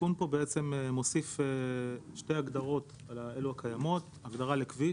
התיקון פה בעצם מוסיף שתי הגדרות על אלו הקיימות: הגדרה לכביש